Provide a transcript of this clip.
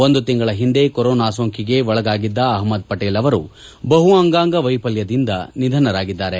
ಒಂದು ತಿಂಗಳ ಹಿಂದೆ ಕೊರೋನಾ ಸೋಂಕಿಗೆ ಒಳಗಾಗಿದ್ದ ಅಹ್ವದ್ ಪಟೇಲ್ ಅವರು ಬಹುಅಂಗಾಂಗ ವೈಫಲ್ಯದಿಂದ ನಿಧನ ಹೊಂದಿದ್ದಾರೆ